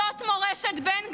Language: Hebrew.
זאת מורשת בן גביר.